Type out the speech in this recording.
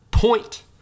Point